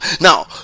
now